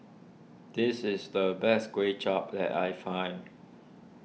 this is the best Kway Chap that I find